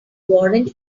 warrant